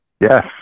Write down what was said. Yes